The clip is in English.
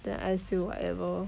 then I still whatever